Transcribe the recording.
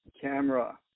camera